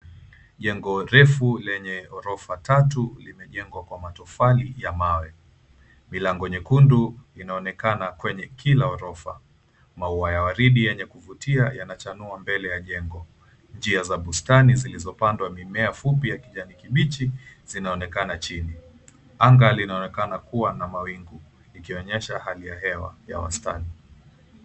Jengo refu lenye ghorofa tatu limejengwa kwa matofali ya mawe. Milango nyekundu inaonekana kwenye kila ghorofa. Maua ya waridi yenye kuvutia yanachanua mbele ya jengo, njia za bustani zilizopandwa mimea fupi ya kijani kibichi zinaonekana chini. Anga linaonekana kuwa na mawingu likonyesha hali ya hewa ya wastani.